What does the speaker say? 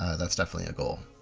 that's definitely a goal.